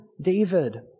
David